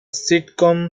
sitcom